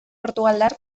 portugaldar